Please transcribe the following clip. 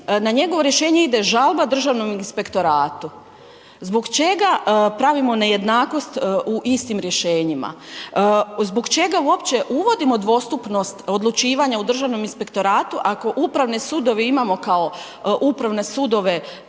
na njegovo rješenje ide žalba Državnom inspektoratu. Zbog čega pravimo nejednakost u istim rješenjima? Zbog čega uopće uvodim dvostupnost odlučivanja u Državnom inspektoratu ako upravne sudove imamo kao upravne sudove